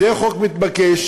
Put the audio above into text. היא חוק מתבקש.